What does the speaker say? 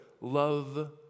love